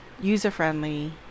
user-friendly